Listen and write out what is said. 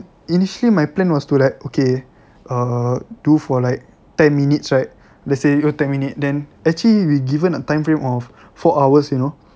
initially my plan was to like okay err do for like ten minutes right let's say do ten minute then actually we're given a timeframe of four hours you know